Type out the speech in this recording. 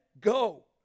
go